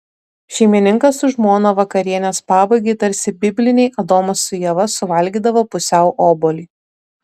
šeimininkas su žmona vakarienės pabaigai tarsi bibliniai adomas su ieva suvalgydavo pusiau obuolį